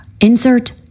Insert